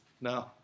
no